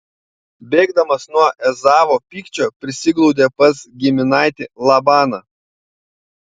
bėgdamas nuo ezavo pykčio prisiglaudė pas giminaitį labaną